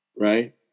right